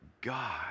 God